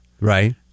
right